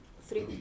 three